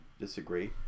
disagree